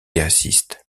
assiste